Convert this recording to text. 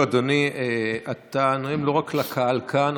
לא, אדוני, אתה נואם לא רק לקהל כאן.